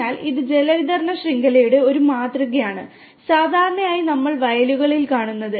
അതിനാൽ ഇത് ജലവിതരണ ശൃംഖലയുടെ ഒരു മാതൃകയാണ് സാധാരണയായി നമ്മൾ വയലുകളിൽ കാണുന്നത്